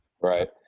Right